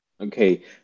Okay